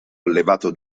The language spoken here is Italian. allevato